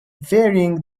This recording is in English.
varying